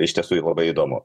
iš tiesų ir labai įdomu